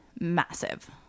massive